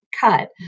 Cut